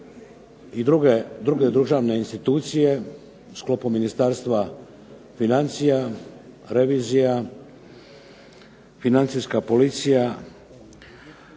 i druge državne institucije, u sklopu Ministarstva financija, revizija, financijska policija,